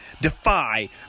Defy